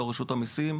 לא רשות המיסים,